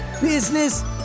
business